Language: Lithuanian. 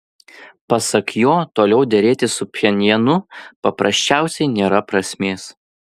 pasak jo toliau derėtis su pchenjanu paprasčiausiai nėra prasmės